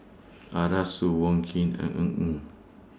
Arasu Wong Keen and Ng Eng